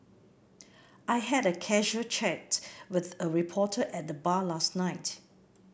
I had a casual chat with a reporter at the bar last night